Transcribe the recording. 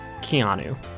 Keanu